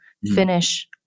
Finish